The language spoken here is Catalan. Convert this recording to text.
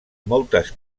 moltes